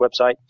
website